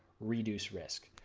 reduce risk.